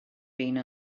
been